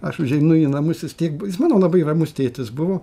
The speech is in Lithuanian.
aš užeinu į namus jis tiek bu jis mano labai ramus tėtis buvo